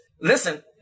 Listen